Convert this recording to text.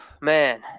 Man